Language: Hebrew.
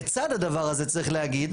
לצד הדבר הזה צריך להגיד,